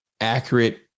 accurate